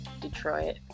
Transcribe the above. Detroit